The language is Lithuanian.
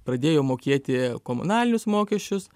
pradėjo mokėti komunalinius mokesčius